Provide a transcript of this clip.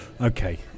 Okay